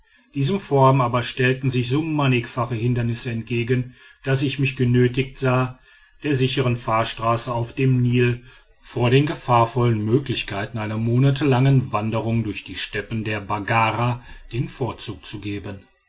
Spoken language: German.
diesem vorhaben aber stellten sich so mannigfache hindernisse entgegen daß ich mich genötigt sah der sichern fahrstraße auf dem nil vor den gefahrvollen möglichkeiten einer monatelangen wanderung durch die steppen der baggara den vorzug zu geben